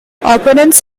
opponents